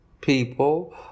people